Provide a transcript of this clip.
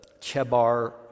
Chebar